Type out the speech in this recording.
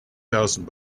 thousand